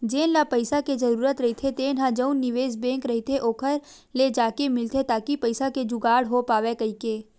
जेन ल पइसा के जरूरत रहिथे तेन ह जउन निवेस बेंक रहिथे ओखर ले जाके मिलथे ताकि पइसा के जुगाड़ हो पावय कहिके